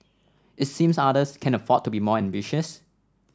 it seems others can afford to be more ambitious